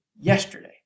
yesterday